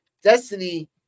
Destiny